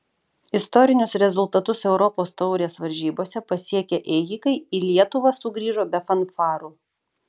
istorinius rezultatus europos taurės varžybose pasiekę ėjikai į lietuvą sugrįžo be fanfarų